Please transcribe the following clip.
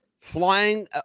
flying